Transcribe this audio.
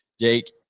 jake